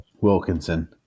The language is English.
Wilkinson